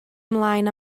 ymlaen